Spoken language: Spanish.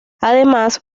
además